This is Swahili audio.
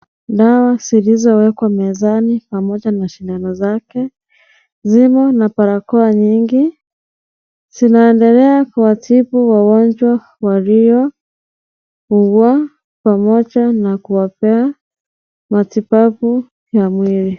Dawaa zilizowekwa mezani pamoja na sindano zake, zimo na barakoa nyingi. Zinaendelea Kuwatibu wagonjwa walio ugua pamoja na kuwapea matibabu ya mwili.